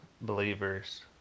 believers